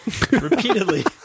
Repeatedly